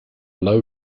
low